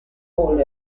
all